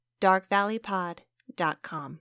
darkvalleypod.com